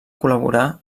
col·laborar